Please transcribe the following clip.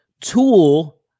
tool